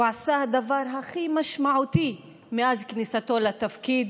הוא עשה את הדבר הכי משמעותי מאז כניסתו לתפקיד,